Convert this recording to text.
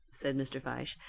said mr. fyshe.